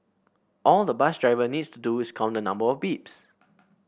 all the bus driver needs to do is count the number of beeps